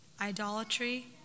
idolatry